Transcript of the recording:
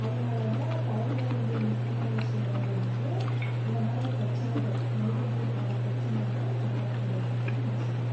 அதனால் தான் தலையிட வேண்டிய முக்கியமான விஷயங்கள் வந்து இந்த மாதிரி பிரச்சனைகள் மனிதர்களுக்கு வர பிரச்சனைதான் நகராட்சி பஞ்சாயத்தில் போய் நம்ம சொல்றோம்